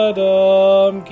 Adam